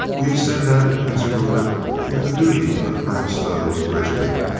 will you send that to prince rupert with the duty of colonel stow's regi ment?